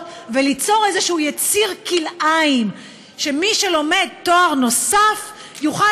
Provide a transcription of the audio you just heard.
וליצור איזה יציר כלאיים שמי שלומד תואר נוסף יוכל